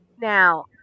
now